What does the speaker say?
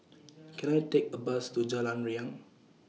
Can I Take A Bus to Jalan Riang